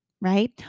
right